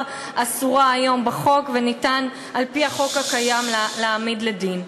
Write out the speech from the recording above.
אסורה היום בחוק וניתן-על פי החוק הקיים להעמיד לדין.